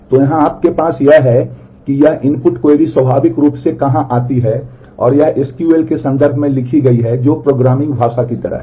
तो यहाँ आपके पास यह है कि यह इनपुट क्वेरी स्वाभाविक रूप से कहाँ आती है यह SQL के संदर्भ में लिखी गई है जो प्रोग्रामिंग भाषा की तरह है